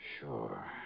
Sure